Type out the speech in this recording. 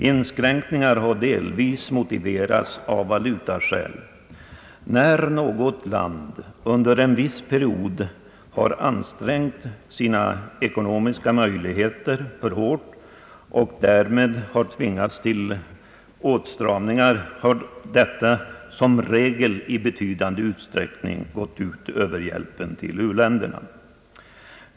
Inskränkningarna har delvis motiverats med valutaskäl. När något land under en viss period har ansträngt sina ekonomiska möjligheter för hårt och därmed tvingas till åtstramningar, har detta som regel i betydande utsträckning gått ut över hjälpen till u-länderna.